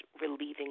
relieving